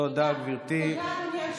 תודה, אדוני היושב-ראש.